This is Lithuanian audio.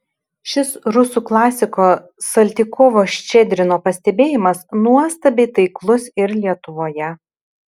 šis rusų klasiko saltykovo ščedrino pastebėjimas nuostabiai taiklus ir lietuvoje